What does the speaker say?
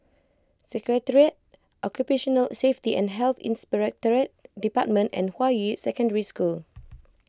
Secretariat Occupational Safety and Health Inspectorate Department and Hua Yi Secondary School